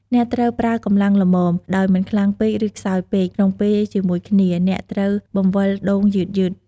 អ្នកត្រូវប្រើកម្លាំងល្មម ដោយមិនខ្លាំងពេក ឬខ្សោយពេក ក្នុងពេលជាមួយគ្នា អ្នកត្រូវបង្វិលដូងយឺតៗ។